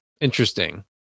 interesting